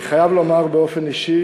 אני חייב לומר באופן אישי